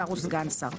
שר או סגן שר.